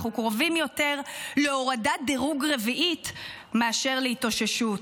אנחנו קרובים יותר להורדת דירוג רביעית מאשר להתאוששות.